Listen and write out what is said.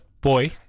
boy